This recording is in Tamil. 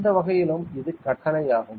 எந்த வகையிலும் இது கட்டளை ஆகும்